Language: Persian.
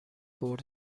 برد